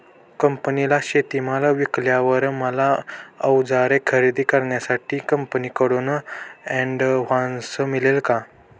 कंपनीला शेतीमाल विकल्यावर मला औजारे खरेदी करण्यासाठी कंपनीकडून ऍडव्हान्स मिळेल का?